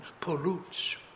pollutes